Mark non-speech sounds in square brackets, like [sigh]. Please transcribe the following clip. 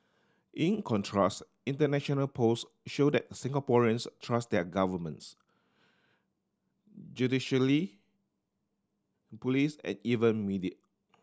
in contrast international polls show that Singaporeans trust their governments [unintelligible] police and even media